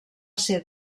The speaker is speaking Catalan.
ser